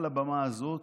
על הבמה הזאת,